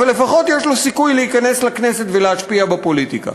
אבל לפחות יש לו סיכוי להיכנס לכנסת ולהשפיע בפוליטיקה.